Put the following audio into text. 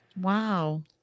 Wow